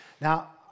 now